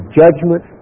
judgment